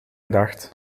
gedacht